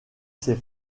ses